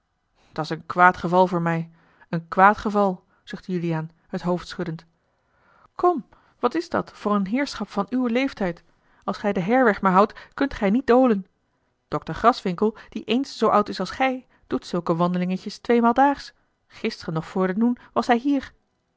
kwartier dat's een kwaad geval voor mij een kwaad geval znchtte juliaan het hoofd schuddend kom wat's dat voor een heerschap van uw leeftijd als gij den heirweg maar houdt kunt gij niet dolen dokter graswinckel die eens zoo oud is als gij doet zulke wandelingetjes tweemaal daags gisteren nog voor den noen was hij hier